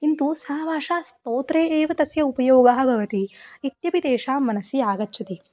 किन्तु सा भाषा स्तोत्रे एव तस्य उपयोगः भवति इत्यपि तेषां मनसि आगच्छति